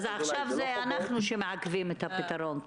אז עכשיו זה אנחנו שמעכבים את הפתרון.